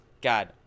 God